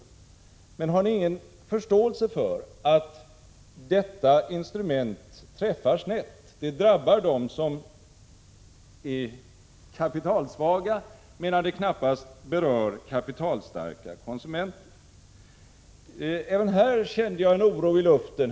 Har ni socialdemokrater ingen förståelse för att detta instrument träffar snett? Det drabbar dem som är kapitalsvaga, medan det knappast alls berör kapitalstarka konsumenter. Även här känner jag en oro i luften.